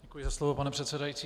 Děkuji za slovo, pane předsedající.